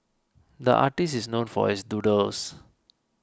the artist is known for his doodles